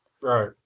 Right